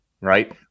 right